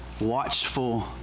watchful